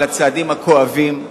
על הצעדים הכואבים,